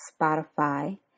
Spotify